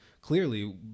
clearly